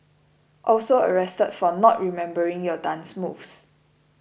also arrested for not remembering your dance moves